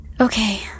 Okay